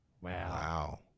Wow